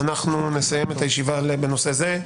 אנחנו נסיים את הישיבה בנושא זה.